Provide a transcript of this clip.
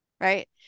right